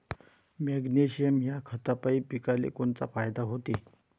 Magnesium ह्या खतापायी पिकाले कोनचा फायदा होते?